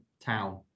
town